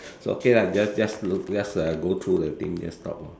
so okay lah we just just look just uh go through the thing just talk